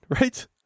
right